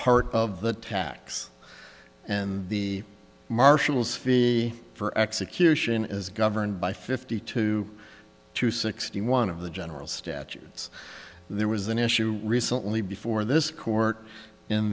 part of the tax and the marshals fee for execution is governed by fifty two to sixty one of the general statutes there was an issue recently before this court in